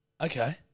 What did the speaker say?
Okay